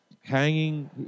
hanging